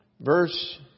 verse